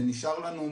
ונשאר לנו,